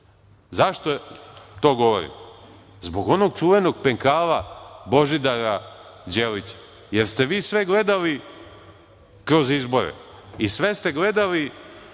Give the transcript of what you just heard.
EU.Zašto to govorim? Zbog onog čuvenog penkala Božidara Đelića, jer ste vi sve gledali kroz izbore i sve ste gledali